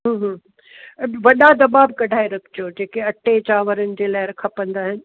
हम्म हम्म वॾा दॿा बि कढाए रखिजो जेके अटे चांवरनि जे लाइ खपंदा आहिनि